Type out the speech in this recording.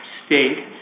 state